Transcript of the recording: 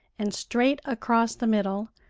and straight across the middle,